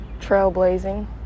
trailblazing